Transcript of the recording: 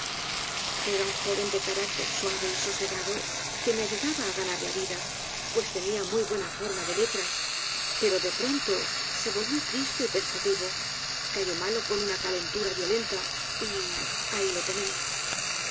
era un joven de carácter suave y sosegado que me ayudaba á ganar la vida pues tenia muy buena forma de letra pero de pronto se volvió triste y pensativo cayó malo con una calentura violenta y ahi lo tenéis